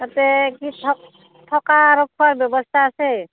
তাতে কি থ থকা আৰু খোৱাৰ ব্যৱস্থা আছে